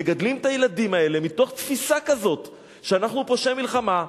מגדלים את הילדים האלה מתוך תפיסה כזאת שאנחנו פושעי מלחמה,